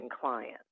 client